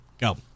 Go